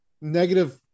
negative